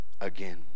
again